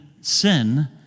sin